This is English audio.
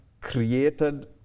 created